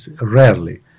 rarely